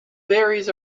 berries